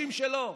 מהשאווישים שלו?